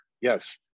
yes